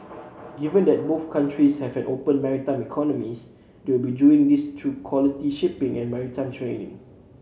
given that both countries have open maritime economies they will be doing this through quality shipping and maritime training